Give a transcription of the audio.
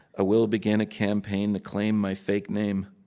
ah will begin a campaign to claim my fake name.